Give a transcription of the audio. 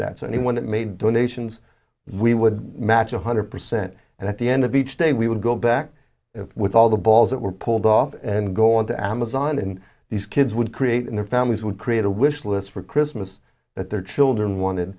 that so anyone that made donations we would match one hundred percent and at the end of each day we would go back if with all the balls that were pulled off and go on to amazon and these kids would create and their families would create a wish list for christmas that their children wanted